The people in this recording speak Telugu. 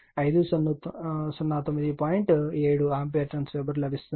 7 ఆంపియర్ టర్న్స్ వెబర్ లభిస్తుంది